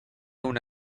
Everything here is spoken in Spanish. una